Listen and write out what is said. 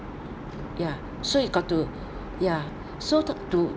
ya so you got to ya so t~ to